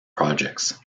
projects